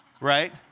right